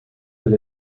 del